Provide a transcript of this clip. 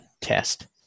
test